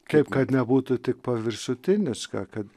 kaip kad nebūtų tik paviršutiniška kad